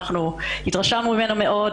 אכן התרשמנו ממנה מאוד.